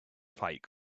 fight